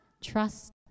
Trust